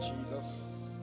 Jesus